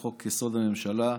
לחוק-יסוד: הממשלה,